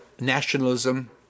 nationalism